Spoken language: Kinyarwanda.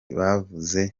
bavuze